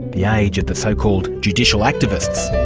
the age of the so-called judicial activists.